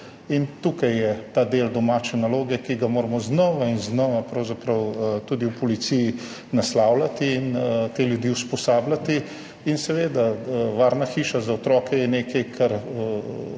Tukaj je ta del domače naloge, ki ga moramo znova in znova tudi v policiji naslavljati in te ljudi usposabljati. Varna hiša za otroke je nekaj, kar